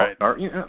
Right